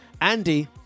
Andy